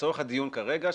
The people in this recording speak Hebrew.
לצורך הדיון כרגע,